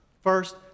First